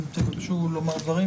אם תבקשו לומר דברים,